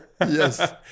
Yes